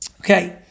Okay